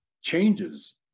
changes